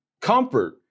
comfort